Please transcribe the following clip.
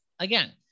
Again